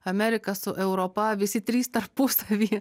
amerika su europa visi trys tarpusavyje